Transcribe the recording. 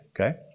okay